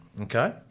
okay